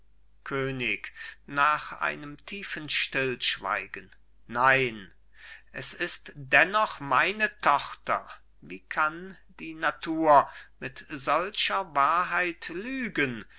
könig nach einem tiefen stillschweigen nein es ist dennoch meine tochter wie kann die natur mit solcher wahrheit lügen